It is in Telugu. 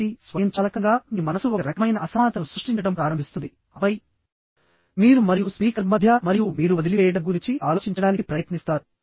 కాబట్టిస్వయంచాలకంగా మీ మనస్సు ఒక రకమైన అసమానతను సృష్టించడం ప్రారంభిస్తుంది ఆపై మీరు మరియు స్పీకర్ మధ్య మరియు మీరు వదిలివేయడం గురించి ఆలోచించడానికి ప్రయత్నిస్తారు